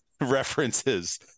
references